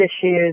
issues